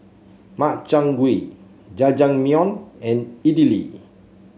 Makchang Gui Jajangmyeon and Idili